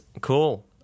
Cool